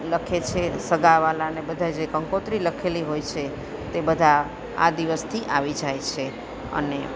લખે છે સગા વ્હાલાને બધાય જે કંકોત્રી લખેલી હોય છે તે બધા આ દિવસથી આવી જાય છે અને